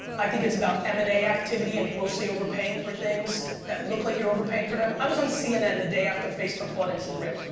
i think it's about m and a activity and grossly overpaying for things that look like you're overpaying for them. i was on cnn the day after facebook bought instagram.